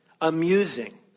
amusing